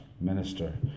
minister